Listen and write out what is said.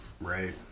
Right